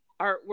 artwork